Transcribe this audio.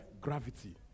Gravity